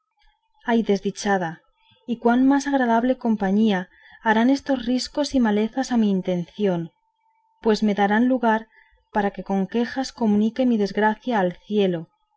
ay desdichada y cuán más agradable compañía harán estos riscos y malezas a mi intención pues me darán lugar para que con quejas comunique mi desgracia al cielo